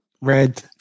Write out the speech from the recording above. Red